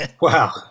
Wow